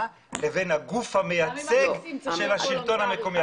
לבין הגוף המייצג של השלטון המקומי.